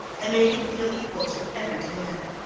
and made him feel equal to every demand.